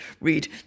read